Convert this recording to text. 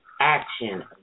action